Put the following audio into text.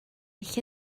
lle